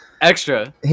extra